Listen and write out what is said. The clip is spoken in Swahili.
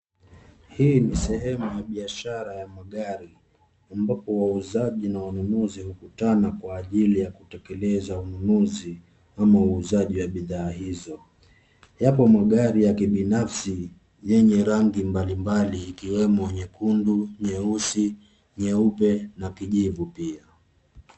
Hii ni sehemu ya biashara ya magari, ambapo wauzaji na wanunuzi hukutana kwa ajili ya kutekeleza ununuzi ama uuzaji wa bidhaa hizo. Yapo magari ya kibinafsi yenye rangi mbali mbali, ikiwemo, nyekundu, nyeusi, nyeupe, na kijivu pia.